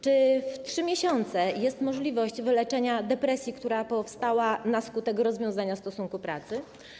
Czy w okresie 3 miesięcy jest możliwość wyleczenia depresji, która powstała na skutek rozwiązania stosunku pracy?